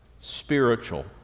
spiritual